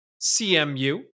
CMU